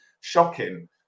shocking